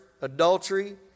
adultery